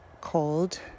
cold